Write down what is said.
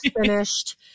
finished